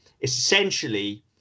essentially